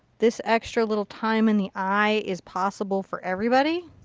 this extra little time in the eye is possible for everybody.